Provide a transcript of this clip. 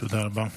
תודה רבה.